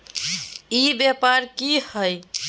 ई व्यापार की हाय?